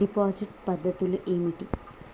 Deposit పద్ధతులు ఏమిటి?